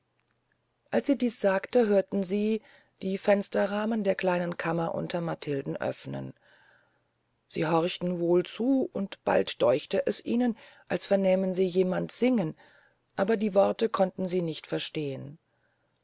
als sie dies sagte hörten sie die fensterrahmen der kleinen kammer unter matilden öffnen sie horchten wohl zu und bald däuchte es ihnen als vernähmen sie jemand singen aber die worte konnten sie nicht verstehn